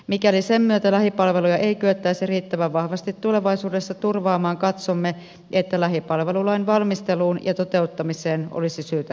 mikäli sen myötä lähipalveluja ei kyettäisi riittävän vahvasti tulevaisuudessa turvaamaan katsomme että lähipalvelulain valmisteluun ja toteuttamiseen olisi syytä ryhtyä